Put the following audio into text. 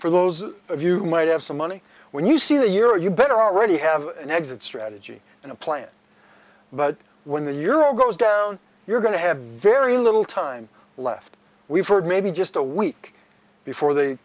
for those of you who might have some money when you see the year you better already have an exit strategy and a plan but when the euro goes down you're going to have very little time left we've heard maybe just a week before they